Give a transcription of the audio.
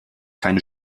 keine